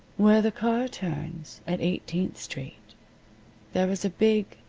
where the car turns at eighteenth street there is a big,